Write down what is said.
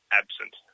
absent